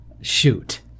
shoot